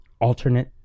alternate